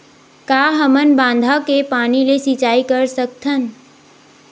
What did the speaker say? का हमन बांधा के पानी ले सिंचाई कर सकथन?